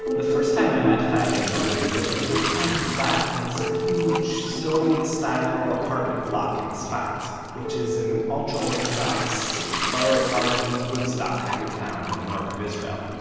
the first time i met chaya ben but baruch was in her tiny flat in this huge soviet-style apartment block in tzfat, which is an ultra-orthodox, borough park meets-woodstock kind of town in the north of israel.